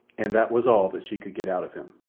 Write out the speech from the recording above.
and that was all that she could get out of him.